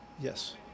Yes